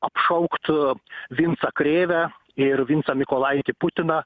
apšaukt vincą krėvę ir vincą mykolaitį putiną